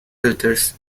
filters